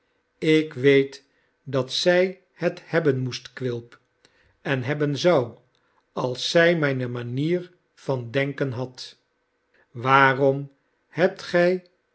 ik weet dat zij het hebben moest quilp en hebben zou als zij mijne manier van denken had waarom hebt gij